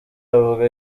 avuga